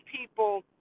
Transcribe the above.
people